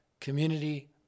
Community